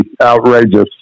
outrageous